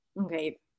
Okay